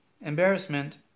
embarrassment